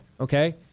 okay